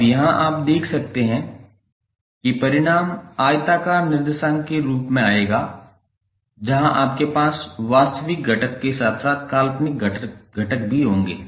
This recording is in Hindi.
अब यहां आप देख सकते हैं कि परिणाम आयताकार निर्देशांक के रूप में आएगा जहां आपके पास वास्तविक घटक के साथ साथ काल्पनिक घटक भी होंगे